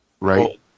right